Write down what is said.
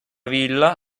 villa